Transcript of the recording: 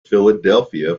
philadelphia